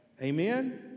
amen